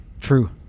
True